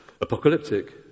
apocalyptic